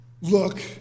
look